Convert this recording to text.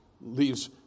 Leaves